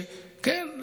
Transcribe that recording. כן,